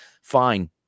fine